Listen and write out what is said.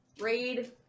raid